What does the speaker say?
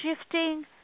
shifting